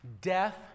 Death